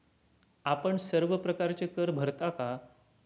आपण सर्व प्रकारचे कर भरता का?